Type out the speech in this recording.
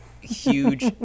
huge